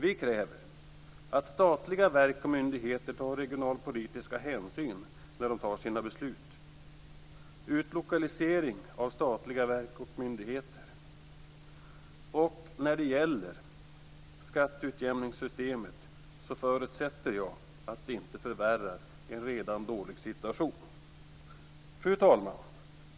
Vi kräver: - att statliga verk och myndigheter tar regionalpolitiska hänsyn när de fattar sina beslut, - att skatteutjämningssystemet - det förutsätter jag - inte förvärrar en redan dålig situation. Fru talman!